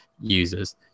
users